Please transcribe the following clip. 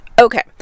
Okay